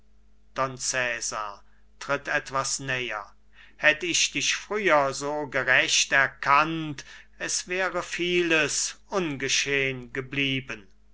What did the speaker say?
tritt etwas näher hätt ich dich früher so gerecht erkannt es wäre vieles ungeschehn geblieben